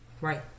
Right